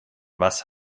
was